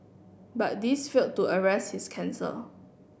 but these failed to arrest his cancer